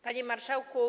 Panie Marszałku!